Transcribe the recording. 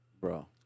Bro